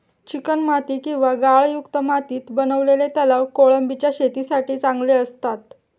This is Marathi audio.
चिकणमाती किंवा गाळयुक्त मातीत बनवलेले तलाव कोळंबीच्या शेतीसाठी चांगले असतात